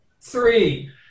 three